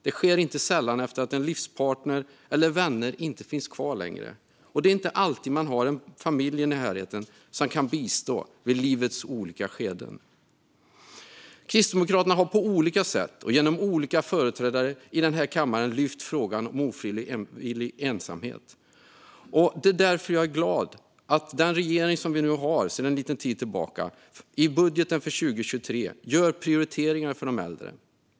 Detta sker inte sällan efter att ens livspartner eller vänner inte längre finns kvar, och det är inte alltid man har en familj i närheten som kan bistå vid livets olika skeden. Kristdemokraterna har därför på olika sätt och genom olika företrädare lyft frågan om ofrivillig ensamhet här i kammaren. Därför är jag glad över att den regering som vi nu har sedan en liten tid tillbaka gör prioriteringar för de äldre i budgeten för 2023.